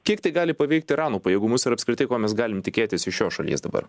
kiek tai gali paveikt irano pajėgumus ir apskritai ko mes galim tikėtis iš šios šalies dabar